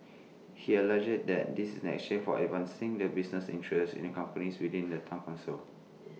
he allegedly that this in exchange for advancing the business interests in the companies within the Town Council